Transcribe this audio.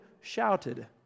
shouted